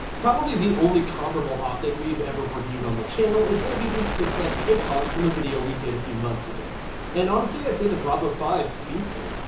probably the only comparable optic we've ever reviewed on the channel is gonna be the six x a cog from a video we did a few months ago and honestly i'd say the bravo five beats it.